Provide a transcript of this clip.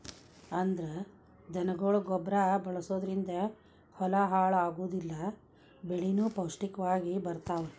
ಅಂದ್ರ ದನಗೊಳ ಗೊಬ್ಬರಾ ಬಳಸುದರಿಂದ ಹೊಲಾ ಹಾಳ ಆಗುದಿಲ್ಲಾ ಬೆಳಿನು ಪೌಷ್ಟಿಕ ವಾಗಿ ಇರತಾವ